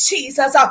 Jesus